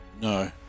No